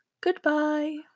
goodbye